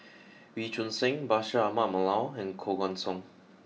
Wee Choon Seng Bashir Ahmad Mallal and Koh Guan Song